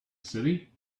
city